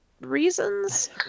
reasons